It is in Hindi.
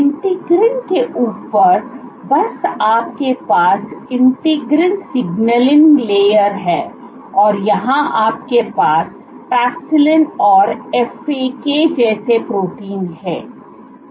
इंटीग्रीन के ऊपर बस आपके पास इंटीग्रीन सिग्नलिंग लेयर है और यहां आपके पास पैक्सिलिन और FAK जैसे प्रोटीन हैं